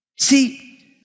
See